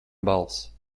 balss